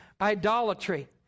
idolatry